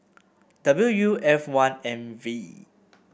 W U F one M V